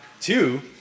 two